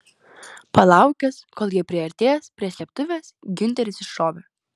palaukęs kol jie priartės prie slėptuvės giunteris iššovė